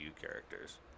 characters